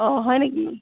অঁ হয় নেকি